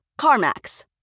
CarMax